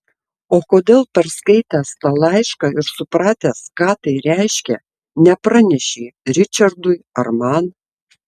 o kodėl perskaitęs tą laišką ir supratęs ką tai reiškia nepranešei ričardui ar man